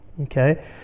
okay